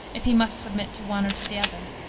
if he must submit to one or to the other.